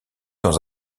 dans